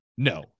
No